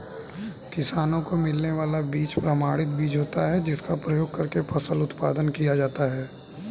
किसानों को मिलने वाला बीज प्रमाणित बीज होता है जिसका प्रयोग करके फसल उत्पादन किया जाता है